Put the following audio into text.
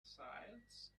sides